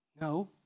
No